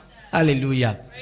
Hallelujah